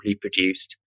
produced